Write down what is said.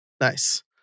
Nice